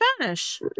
Spanish